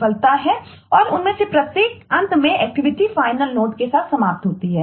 और तरीका है